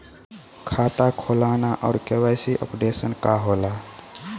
खाता खोलना और के.वाइ.सी अपडेशन का होला?